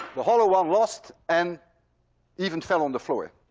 the hollow one lost and even fell on the floor.